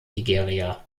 nigeria